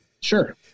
Sure